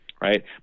right